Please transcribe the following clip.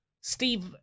Steve